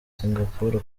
singapore